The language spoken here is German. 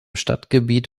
stadtgebiet